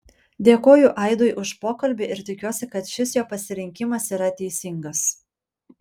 dėkoju aidui už pokalbį ir tikiuosi kad šis jo pasirinkimas yra teisingas